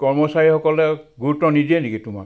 কৰ্মচাৰীসকলে গুৰুত্ব নিদিয়ে নেকি তোমাক